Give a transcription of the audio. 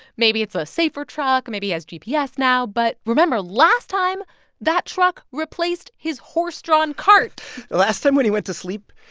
maybe it's a safer truck. maybe it has gps now. but remember, last time that truck replaced his horse-drawn cart the last time when he went to sleep,